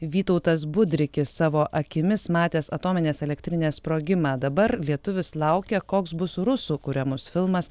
vytautas budrikis savo akimis matęs atominės elektrinės sprogimą dabar lietuvis laukia koks bus rusų kuriamas filmas